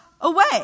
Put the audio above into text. away